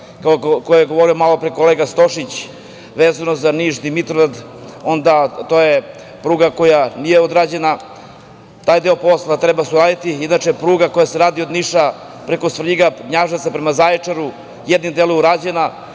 kojima je govorio malopre kolega Stošić vezano za Niš-Dimitrovgrad, to je pruga koja nije odrađena. Taj deo posla treba uraditi. Inače pruga koja se radi od Niša preko Svrljiga, Knjaževca prema Zaječaru je jednim delom urađena.